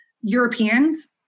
Europeans